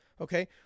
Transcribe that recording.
okay